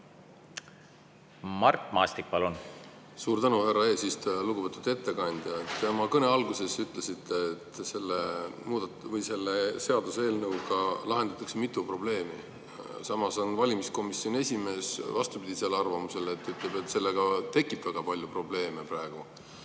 hääletaksime. Suur tänu, härra eesistuja! Lugupeetud ettekandja! Te oma kõne alguses ütlesite, et selle seaduseelnõuga lahendatakse mitu probleemi. Samas on valimiskomisjoni esimees vastupidisel arvamusel, ta ütleb, et sellega tekib väga palju probleeme.